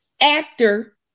actor